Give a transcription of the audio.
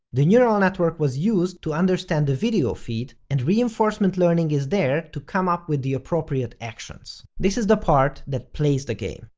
the neural network was used to understand the video feed, and reinforcement learning is there to come up with the appropriate actions. this is the part that plays the game.